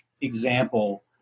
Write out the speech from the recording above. example